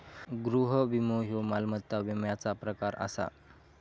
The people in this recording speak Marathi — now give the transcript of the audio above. गृह विमो ह्यो मालमत्ता विम्याचा प्रकार आसा